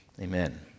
Amen